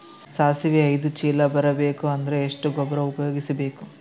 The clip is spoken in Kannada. ಸಾಸಿವಿ ಐದು ಚೀಲ ಬರುಬೇಕ ಅಂದ್ರ ಎಷ್ಟ ಗೊಬ್ಬರ ಉಪಯೋಗಿಸಿ ಬೇಕು?